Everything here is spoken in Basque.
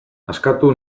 askatu